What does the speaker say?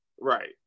right